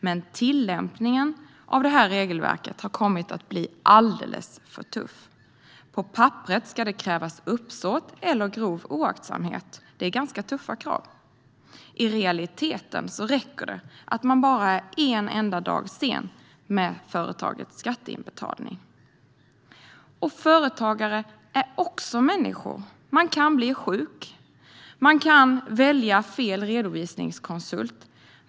Men tillämpningen av det här regelverket har kommit att bli alldeles för tuff. På papperet ska det krävas uppsåt eller grov oaktsamhet; det är ganska tuffa krav. Men i realiteten räcker det att man bara är en enda dag sen med företagets skatteinbetalning. Företagare är också människor. Man kan bli sjuk. Man kan välja fel redovisningskonsult.